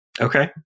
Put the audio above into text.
Okay